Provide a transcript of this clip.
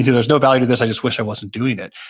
there's no value to this, i just wish i wasn't doing it.